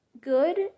good